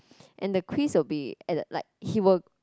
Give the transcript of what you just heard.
and the quiz will be like he will